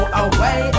away